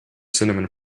cinnamon